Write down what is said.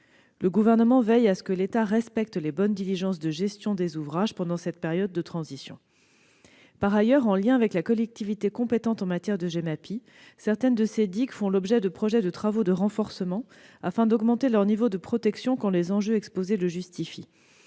Le Gouvernement veille à ce que l'État respecte les bonnes diligences de gestion des ouvrages pendant cette période de transition. Par ailleurs, en liaison avec la collectivité compétente en matière de Gemapi, certaines de ces digues font l'objet de projets de travaux de renforcement afin d'augmenter leur niveau de protection, quand les enjeux exposés le justifient.